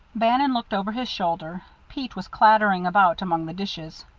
bannon looked over his shoulder pete was clattering about among the dishes.